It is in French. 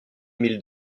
émile